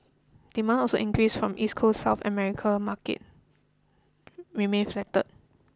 demand also increased from east coast South America market remained flatter